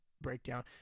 breakdown